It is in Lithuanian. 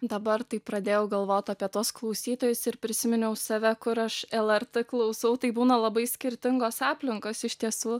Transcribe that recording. dabar taip pradėjau galvot apie tuos klausytojus ir prisiminiau save kur aš lrt klausau tai būna labai skirtingos aplinkos iš tiesų